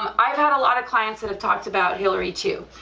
um i've had a lot of clients that have talked about hillary too.